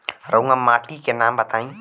रहुआ माटी के नाम बताई?